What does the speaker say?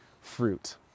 fruit